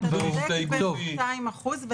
אתה צודק במאתיים אחוז.